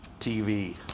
TV